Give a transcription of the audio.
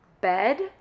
bed